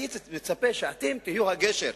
הייתי מצפה שאתם תהיו הגשר,